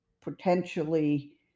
potentially